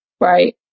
Right